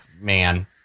man